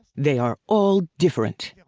they are all different.